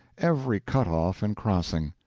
every cut-off and crossing.